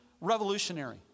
revolutionary